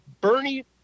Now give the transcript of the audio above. Bernie